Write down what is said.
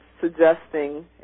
suggesting